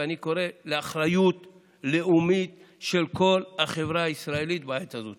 ואני קורא לאחריות לאומית של כל החברה הישראלית בעת הזאת.